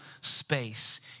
space